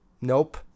nope